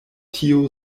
tio